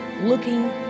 looking